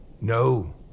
No